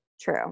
True